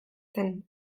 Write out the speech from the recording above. zen